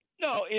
No